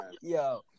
Yo